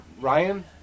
Ryan